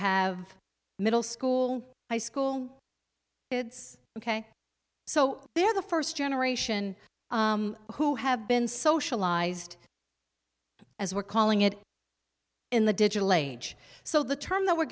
have middle school high school kids ok so they're the first generation who have been socialized as we're calling it in the digital age so the term that we're